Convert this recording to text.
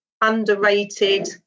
underrated